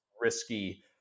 risky